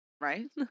Right